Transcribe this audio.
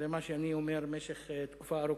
זה מה שאני אומר במשך תקופה ארוכה,